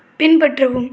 பின்பற்றவும்